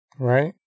Right